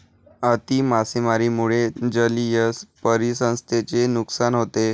अति मासेमारीमुळे जलीय परिसंस्थेचे नुकसान होते